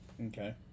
Okay